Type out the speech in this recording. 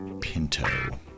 Pinto